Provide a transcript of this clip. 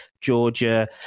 Georgia